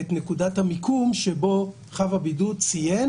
את נקודת המיקום שבו חב הבידוד ציין